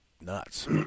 nuts